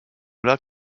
lac